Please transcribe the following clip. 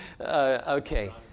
Okay